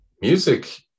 music